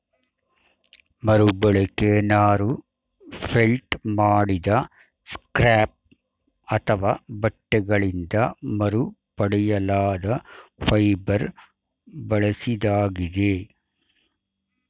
ಮರುಬಳಕೆ ನಾರು ಫೆಲ್ಟ್ ಮಾಡಿದ ಸ್ಕ್ರ್ಯಾಪ್ ಅಥವಾ ಬಟ್ಟೆಗಳಿಂದ ಮರುಪಡೆಯಲಾದ ಫೈಬರ್ ಬಳಸಿದಾಗಿದೆ